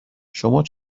شما